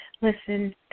listen